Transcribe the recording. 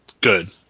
Good